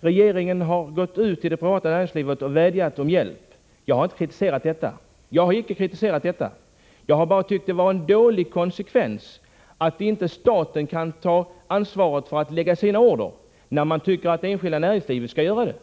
Regeringen har gått ut till det privata näringslivet och vädjat om hjälp. Jag har inte kritiserat det. Men jag har tyckt att det är inkonsekvent att inte staten kan ta ansvaret när det gäller att lägga sina order, när man tycker att det enskilda näringslivet skall göra det.